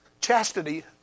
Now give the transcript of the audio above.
chastity